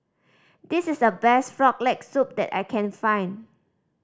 this is the best Frog Leg Soup that I can find